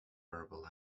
verbal